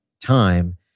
time